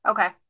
Okay